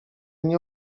nie